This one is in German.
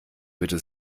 bitte